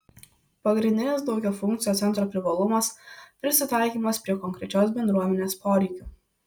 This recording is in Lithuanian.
pagrindinis daugiafunkcio centro privalumas prisitaikymas prie konkrečios bendruomenės poreikių